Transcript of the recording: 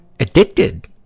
Addicted